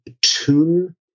tune